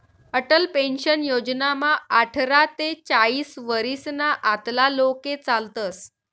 Atal pension योजनामा आठरा ते चाईस वरीसना आतला लोके चालतस